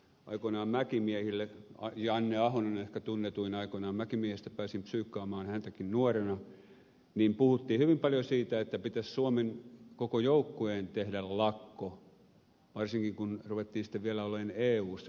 aikoinaan mäkimiehille janne ahonen ehkä aikoinaan tunnetuin mäkimiehistä pääsin psyykkaamaan häntäkin nuorena puhuttiin hyvin paljon siitä että pitäisi suomen koko joukkueen tehdä lakko varsinkin kun ruvettiin sitten vielä olemaan eussakin